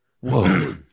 Whoa